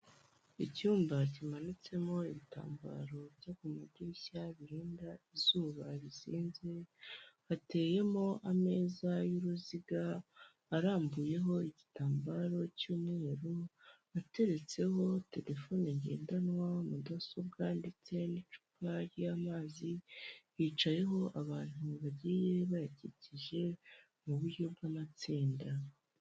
Icyumba kimanitsemo ibitambaro byo ku madirishya birinda izuba bizinze, hateyemo ameza y'uruziga arambuyeho igitambaro cy'umweru ateretseho telefone ngendanwa, mudasobwa ndetse n'icupa ry'amazi, hicayeho abantu bagiye bayakikije mu buryo bw'amatsinda.